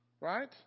right